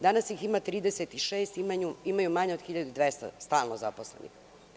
Danas ih ima 36 a imaju manje od 1.200 stalno zaposlenih.